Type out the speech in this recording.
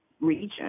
region